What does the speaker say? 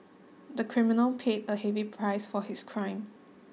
the criminal paid a heavy price for his crime